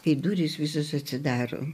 kai durys visos atsidaro